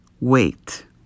Wait